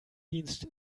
dienst